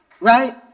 right